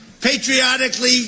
patriotically